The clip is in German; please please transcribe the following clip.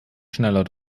schneller